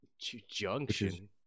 Junction